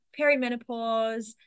perimenopause